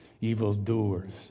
evildoers